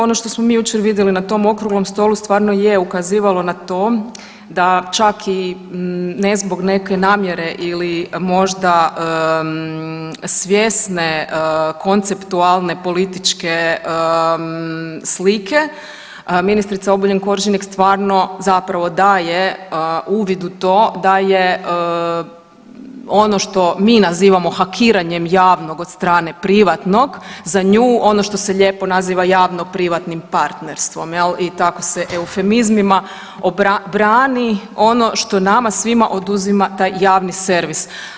Ono što smo mi jučer vidjeli na tom Okruglom stolu stvarno je ukazivalo na to da čak i ne zbog neke namjere ili možda svjesne konceptualne političke slike, ministrica Obuljen-Koržinek stvarno zapravo daje uvid u to da je ono što mi nazivamo hakiranjem javnog od strane privatnog, za nju ono što se lijepo naziva javno-privatnim partnerstvom, jel, i tako se eufemizmima brani ono što nama svima oduzima taj javni servis.